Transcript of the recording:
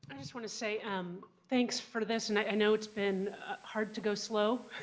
and just want to say um thanks for this. and i know it's been hard to go slow